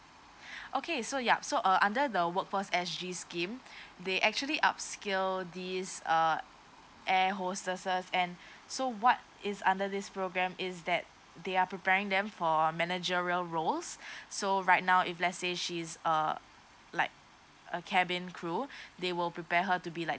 okay so yup so uh under the workforce S_G scheme they actually upscale this uh air hostesses and so what it's under this program is that they are preparing them for managerial roles so right now if let's say she's a like a cabin crew they will prepare her to be like